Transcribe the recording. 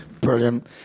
Brilliant